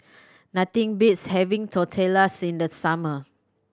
nothing beats having Tortillas in the summer